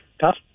tough